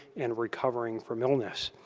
and recovering from illness.